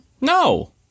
No